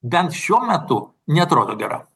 bent šiuo metu neatrodo gera